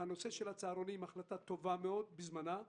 הנושא של הצהרונים החלטה טובה מאד, בזמנה,